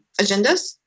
agendas